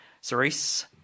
Cerise